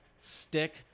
stick